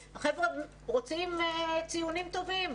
הם רוצים ציונים טובים.